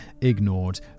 ignored